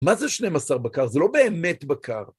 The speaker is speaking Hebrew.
מה זה שנים עשר בקר? זה לא באמת בקר.